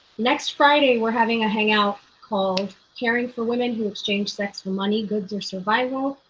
next friday, we're having a hangout called caring for women who exchange sex for money, goods or survival.